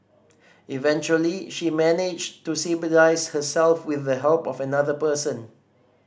eventually she managed to herself with the help of another person